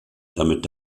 damit